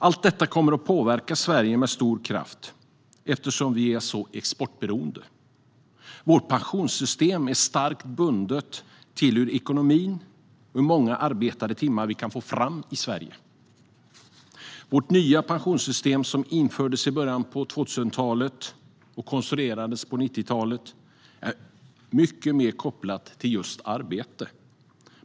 Allt detta kommer att påverka Sverige med stor kraft, eftersom vi är så exportberoende. Vårt pensionssystem är starkt bundet till ekonomin och hur många arbetade timmar vi kan få fram i Sverige. Vårt nya pensionssystem, som infördes i början av 2000-talet och konsoliderades på 1990-talet, är mycket mer kopplat till just arbete.